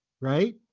right